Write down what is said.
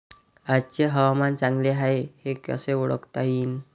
आजचे हवामान चांगले हाये हे कसे ओळखता येईन?